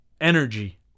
Energy